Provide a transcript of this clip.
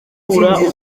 ntsinzi